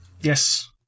Yes